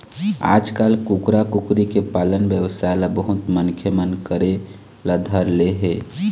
आजकाल कुकरा, कुकरी के पालन बेवसाय ल बहुत मनखे मन करे ल धर ले हे